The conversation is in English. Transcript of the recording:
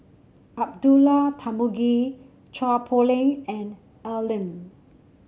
Abdullah Tarmugi Chua Poh Leng and Al Lim